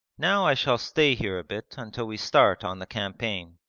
now i shall stay here a bit until we start on the campaign.